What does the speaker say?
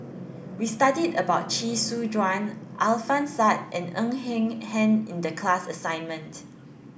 we studied about Chee Soon Juan Alfian Sa'at and Ng Eng Hen in the class assignment